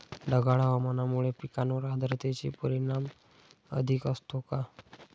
ढगाळ हवामानामुळे पिकांवर आर्द्रतेचे परिणाम अधिक असतो का?